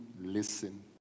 Listen